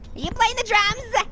you playin' the drums?